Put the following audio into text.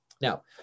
Now